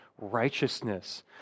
righteousness